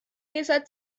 nächster